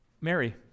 Mary